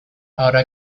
ahora